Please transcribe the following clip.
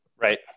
Right